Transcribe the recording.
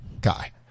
guy